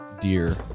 Dear